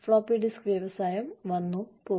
floppy disk വ്യവസായം വന്നു പോയി